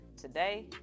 Today